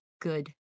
good